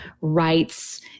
rights